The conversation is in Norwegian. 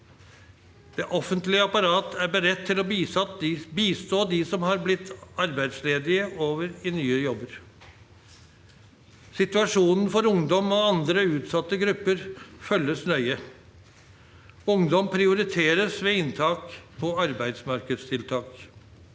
Det offentlige apparatet er beredt til å bistå dem som har blitt arbeidsledige, over i nye jobber. Situasjonen for ungdom og andre utsatte grupper følges nøye. Ungdom prioriteres ved inntak på arbeidsmarkedstiltak.